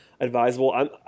advisable